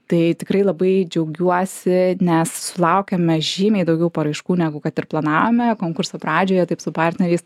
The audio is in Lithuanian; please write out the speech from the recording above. tai tikrai labai džiaugiuosi nes sulaukėme žymiai daugiau paraiškų negu kad ir planavome konkurso pradžioje taip su partneriais